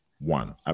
One